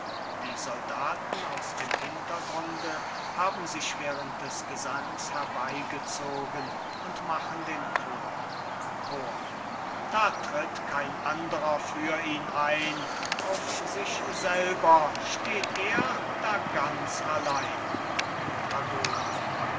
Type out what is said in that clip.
die soldaten aus dem hintergrunde haben sich während des gesangs herbeigezogen und machen den chor chor da tritt kein anderer für ihn ein auf sich selber steht er da ganz allein dragoner